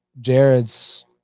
Jared's